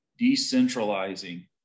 decentralizing